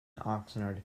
oxnard